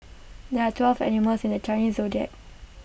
there are twelve animals in the Chinese Zodiac